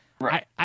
Right